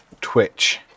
Twitch